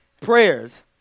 Prayers